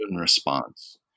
response